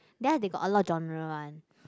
there they got a lot genre one